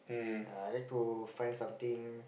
err I like to find something